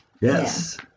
Yes